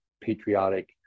patriotic